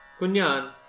Kunyan